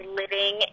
living